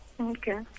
Okay